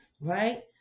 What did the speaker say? right